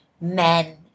men